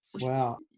Wow